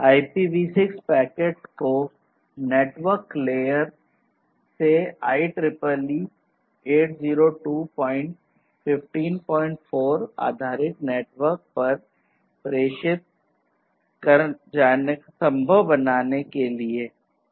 IPv6 packet को network layer के बारे में बात करता है